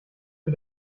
für